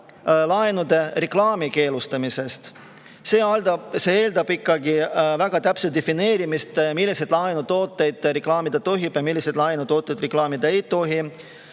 laenude reklaami keelustamisest. See eeldab ikkagi väga täpset defineerimist, milliseid laenutooteid reklaamida tohib ja milliseid laenutooteid reklaamida ei tohi.